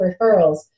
referrals